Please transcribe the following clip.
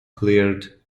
cleared